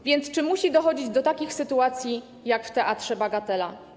A więc czy musi dochodzić do takich sytuacji jak w Teatrze Bagatela?